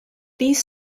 these